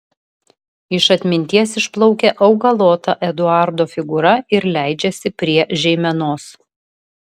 iš atminties išplaukia augalota eduardo figūra ir leidžiasi prie žeimenos